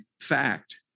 fact